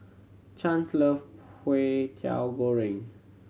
Chance love Kway Teow Goreng